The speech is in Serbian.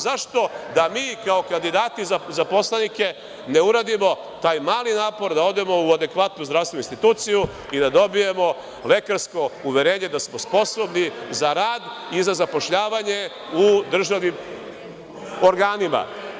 Zašto da mi kao kandidati za poslanike ne uradimo taj mali napor da odemo u adekvatnu zdravstvenu instituciju i da dobijemo lekarsko uverenje da smo sposobni za rad i za zapošljavanje u držanim organima?